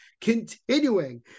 continuing